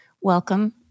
welcome